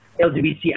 LGBTI